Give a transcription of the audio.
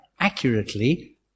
accurately